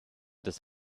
des